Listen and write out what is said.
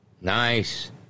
Nice